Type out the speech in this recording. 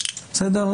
בסדר?